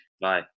Bye